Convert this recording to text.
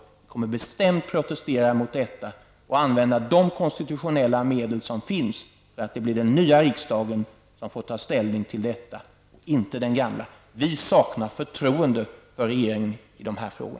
Jag kommer bestämt protestera mot detta och använda de konstitutionella medel som finns för att se till att det blir den nya riksdagen som får ta ställning till detta och inte den gamla. Vi saknar förtroende för regeringen i dessa frågor.